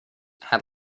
had